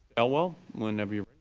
elwell. whenever you